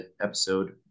episode